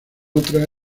otra